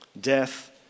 Death